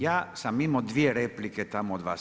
Ja sam imao dvije replike tamo od vas.